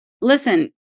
listen